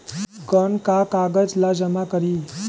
कौन का कागज ला जमा करी?